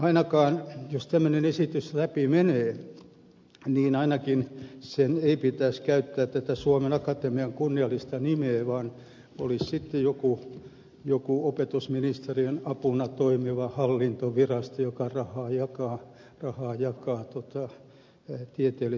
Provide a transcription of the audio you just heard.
ainakaan jos tämmöinen esitys läpi menee sen ei pitäisi käyttää tätä suomen akatemian kunniallista nimeä vaan se olisi sitten joku opetusministeriön apuna toimiva hallintovirasto joka rahaa jakaa tieteellisiin tutkimuksiin